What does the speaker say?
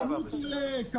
יש כמות של קווים.